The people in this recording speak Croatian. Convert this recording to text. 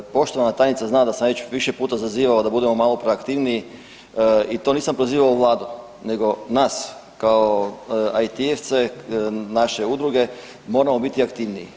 Poštovana tajnica zna da sam ja već više puta zazivao da budemo malo proaktivniji i to nisam prozivao vladu nego nas kao IT-evce naše udruge, moramo biti aktivniji.